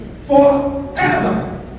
forever